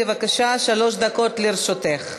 בבקשה, שלוש דקות לרשותך.